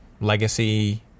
legacy